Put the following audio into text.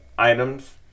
items